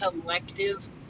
Collective